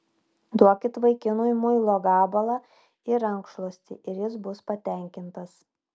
duokit vaikinui muilo gabalą ir rankšluostį ir jis bus patenkintas